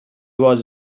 was